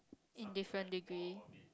in different degree